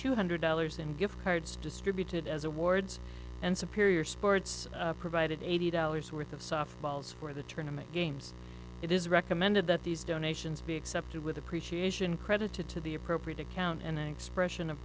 two hundred dollars and gift cards distributed as awards and superior sports provided eighty dollars worth of softballs for the tournament games it is recommended that these donations be accepted with appreciation credited to the appropriate account and an expression of